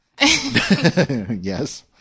Yes